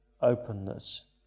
openness